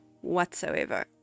whatsoever